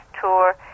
tour